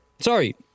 sorry